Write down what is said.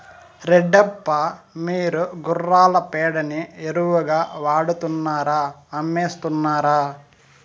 రెడ్డప్ప, మీరు గుర్రాల పేడని ఎరువుగా వాడుతున్నారా అమ్మేస్తున్నారా